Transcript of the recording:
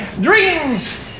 dreams